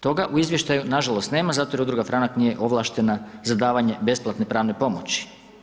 Toga u izvještaju nažalost nema zato jer Udruga Franak nije ovlaštena za davanje besplatne pravne pomoći.